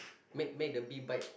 make make the bee bite